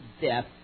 death